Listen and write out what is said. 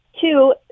two